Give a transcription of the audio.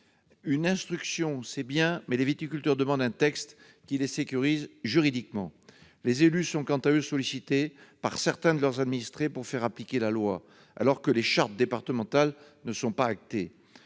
Une instruction, c'est bien ; mais les viticulteurs demandent un texte qui les sécurise juridiquement. Les élus sont, quant à eux, sollicités par certains de leurs administrés pour faire appliquer la loi, alors que les chartes départementales ne sont pas actées.